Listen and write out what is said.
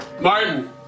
Martin